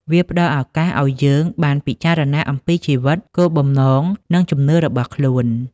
វាផ្តល់ឱកាសឲ្យយើងបានពិចារណាអំពីជីវិត គោលបំណង និងជំនឿរបស់ខ្លួន។